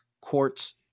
Quartz